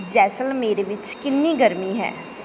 ਜੈਸਲਮੇਰ ਵਿੱਚ ਕਿੰਨੀ ਗਰਮੀ ਹੈ